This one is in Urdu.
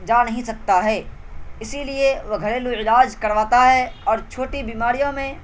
جا نہیں سکتا ہے اسی لیے وہ گھریلو علاج کرواتا ہے اور چھوٹی بیماریوں میں